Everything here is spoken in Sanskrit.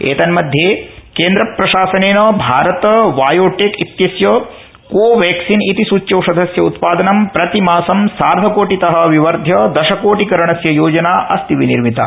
एतन्मध्ये केन्द्र प्रशासनेन भारत बायोटेक इत्यस्य कोवैक्सीन इति सूच्यौषधस्य उत्पादनं प्रतिमासं सार्धकोटितः विवर्ध्य दशकोटि करणस्य योजना अस्ति विनिर्मिता